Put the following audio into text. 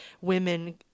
women